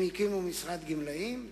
הם הקימו משרד גמלאים,